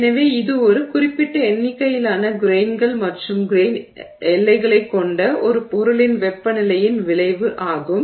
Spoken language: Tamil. எனவே இது ஒரு குறிப்பிட்ட எண்ணிக்கையிலான கிரெய்ன்கள் மற்றும் கிரெய்ன் எல்லைகளைக் கொண்ட ஒரு பொருளின் வெப்பநிலையின் விளைவு ஆகும்